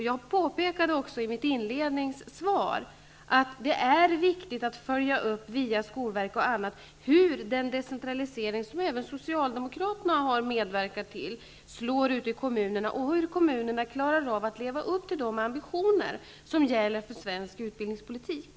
Jag påpekade också i mitt svar att det är viktigt att via bl.a. skolverket följa upp hur den decentralisering, som även Socialdemokraterna har medverkat till, slår ute i kommunerna och hur kommunerna klarar av att leva upp till de ambitioner som gäller för svensk utbildningspolitik.